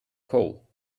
coal